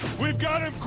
we've got em